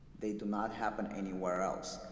they do not happen anywhere else.